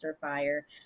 fire